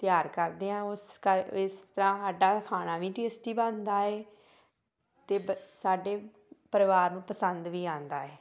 ਤਿਆਰ ਕਰਦੇ ਹਾਂ ਉਸ ਕਾ ਇਸ ਤਰ੍ਹਾਂ ਸਾਡਾ ਖਾਣਾ ਵੀ ਟੇਸਟੀ ਬਣਦਾ ਹੈ ਅਤੇ ਬੱ ਸਾਡੇ ਪਰਿਵਾਰ ਨੂੰ ਪਸੰਦ ਵੀ ਆਉਂਦਾ ਹੈ